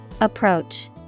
Approach